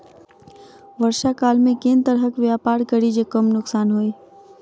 वर्षा काल मे केँ तरहक व्यापार करि जे कम नुकसान होइ?